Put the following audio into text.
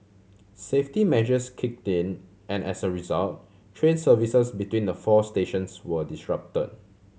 safety measures kicked in and as a result train services between the four stations were disrupt